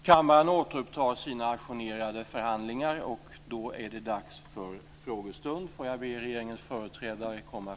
Då är det dags för frågestund.